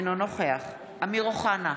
אינו נוכח אמיר אוחנה,